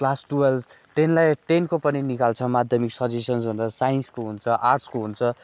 class twelve टेनलाई टेनको पनि निकाल्छ माध्यमिक सजेसन हुन्छ साइन्सको हुन्छ आर्ट्सको हुन्छ